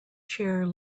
chair